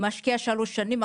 משקיע שלוש שנים,